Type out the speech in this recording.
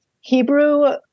hebrew